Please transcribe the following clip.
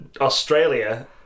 Australia